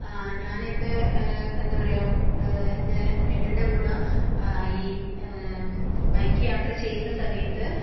ഞാൻ എൻ്റെ എന്താണ് പറയുക എൻ്റെ ഏട്ടൻ്റെ കൂടെ ഈ ബൈക്ക് യാത്ര ചെയ്യുന്ന സമയത്ത്